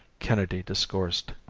kennedy discoursed.